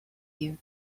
you